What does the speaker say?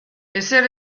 ezer